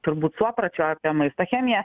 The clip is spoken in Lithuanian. turbūt suopračio apie maisto chemiją